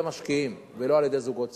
המשקיעים ולא על-ידי זוגות צעירים.